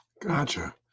Gotcha